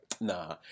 nah